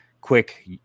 quick